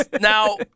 Now